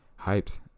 hyped